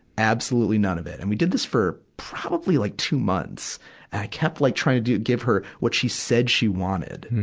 absolutely none of it. and we did this for, probably like two months. and i kept like trying to give her what she said she wanted.